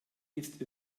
ist